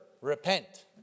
repent